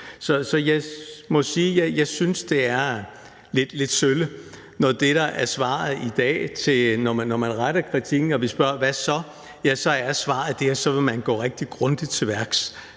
Så jeg må sige, jeg synes, det er lidt sølle, når man retter kritik og vi spørger: Hvad så? For så er svaret i dag det, at man vil gå rigtig grundigt til værks